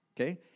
Okay